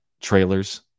trailers